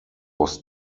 was